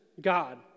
God